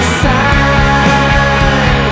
sign